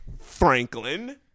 Franklin